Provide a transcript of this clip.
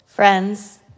Friends